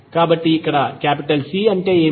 కాబట్టి ఇక్కడ C అంటే ఏమిటి